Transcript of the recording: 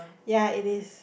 ya it is